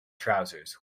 trousers